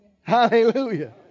Hallelujah